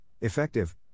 effective